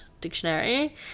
dictionary